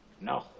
No